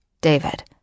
David